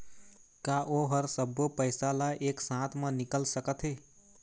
का ओ हर सब्बो पैसा ला एक साथ म निकल सकथे?